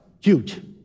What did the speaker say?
Huge